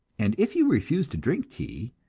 and if you refuse to drink tea,